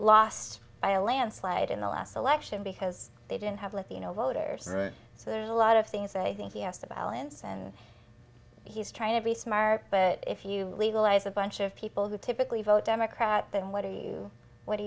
a landslide in the last election because they didn't have latino voters so there's a lot of things i think yes the balance and he's trying to be smart but if you legalize a bunch of people who typically vote democrat then what are you what do